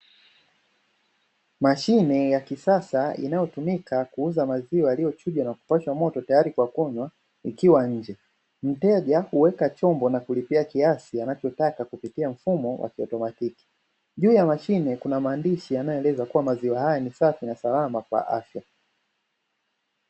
Mashine ya kisasa, inayotumika kuuza maziwa yaliyochujwa na kipashwa moto tayari kwa kunywa ikiwa nje. Mteja huweka chombo na kulipia kiasi anachotaka kupitia mfumo wa kiautomatiki, juu ya mashine kuna maandishi yanayoeleza kuwa maziwa haya ni safi na salama kwa afya.